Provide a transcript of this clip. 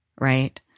right